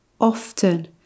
often